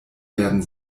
werden